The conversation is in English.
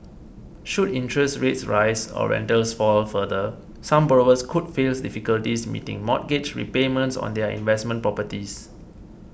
should interest rates rise or rentals fall further some borrowers could face difficulties meeting mortgage repayments on their investment properties